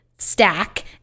stack